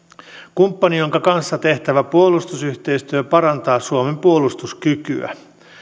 kumppani jonka kanssa tehtävä puolustusyhteistyö parantaa suomen puolustuskykyä